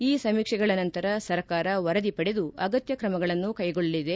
ಈ ಸಮೀಕ್ಷೆಗಳ ನಂತರ ಸರ್ಕಾರ ವರದಿ ಪಡೆದು ಅಗತ್ಯ ಕ್ರಮಗಳನ್ನು ಕೈಗೊಳ್ಳಲಿದೆ